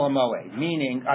meaning